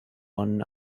one